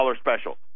Special